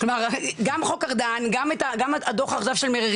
גם בחוק ארדן וגם בדו"ח של מררי